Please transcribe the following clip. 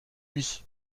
lui